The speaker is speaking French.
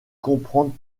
comprendre